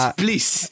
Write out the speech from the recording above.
please